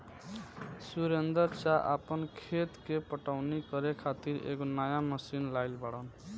सुरेंदर चा आपन खेत के पटवनी करे खातिर एगो नया मशीन लाइल बाड़न